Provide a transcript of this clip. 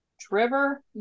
Trevor